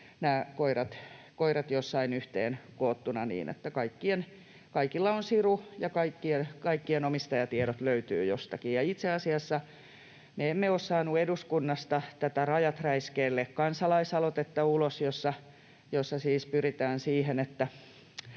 koirat jossain yhteen koottuna niin, että kaikilla on siru ja kaikkien omistajatiedot löytyvät jostakin. Ja itse asiassa me emme ole saaneet eduskunnasta ulos tätä Rajat räiskeelle -kansalais-aloitetta, jossa siis pyritään siihen,